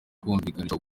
kumwigisha